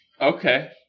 Okay